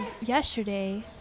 yesterday